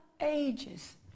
ages